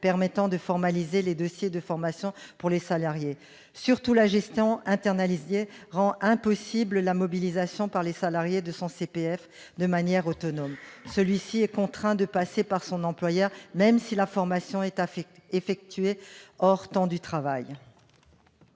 permettant de formaliser des dossiers de formation pour les salariés. Surtout, la gestion internalisée rend impossible la mobilisation par le salarié de son CPF de manière autonome : celui-ci est contraint de passer par son employeur, même si la formation est effectuée hors temps de travail.